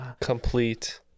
complete